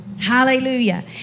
Hallelujah